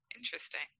Interesting